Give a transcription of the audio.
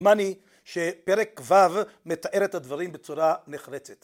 שפרק ו' מתאר את הדברים בצורה נחרצת